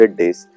days